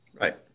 right